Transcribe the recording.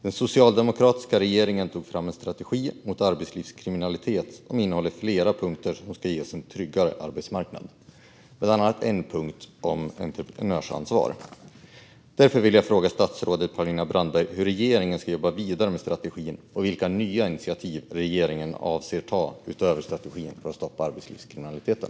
Den socialdemokratiska regeringen tog fram en strategi mot arbetslivskriminalitet som innehåller flera punkter som ska ge oss en tryggare arbetsmarknad, bland annat en punkt om entreprenörsansvar. Hur ska regeringen arbeta vidare med strategin, och vilka nya initiativ avser regeringen att ta utöver strategin för att stoppa arbetslivskriminaliteten?